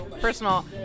personal